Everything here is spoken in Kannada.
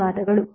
ಧನ್ಯವಾದಗಳು